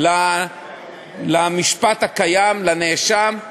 למשפט הקיים, לנאשם,